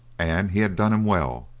and he had done him well.